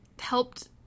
helped